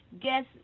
guess